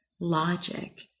logic